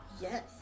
Yes